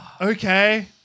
Okay